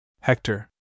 Hector